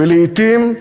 ולעתים,